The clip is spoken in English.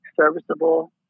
serviceable